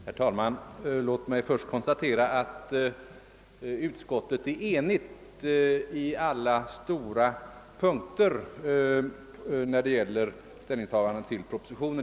Herr talman! Tillåt mig först att konstatera att utskottet är enigt i alla väsentliga stycken när det gäller ett ställningstagande till propositionen.